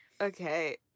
Okay